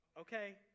Okay